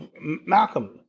Malcolm